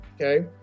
Okay